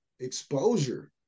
exposure